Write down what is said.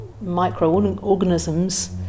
microorganisms